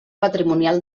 patrimonial